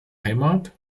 heimat